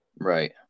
Right